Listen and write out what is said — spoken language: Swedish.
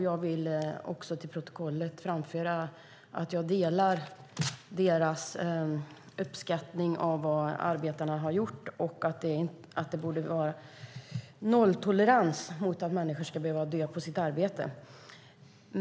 Jag vill också få fört till protokollet att jag delar deras uppskattning av vad arbetarna har gjort och att det borde vara nolltolerans mot att människor ska dö på sina arbeten.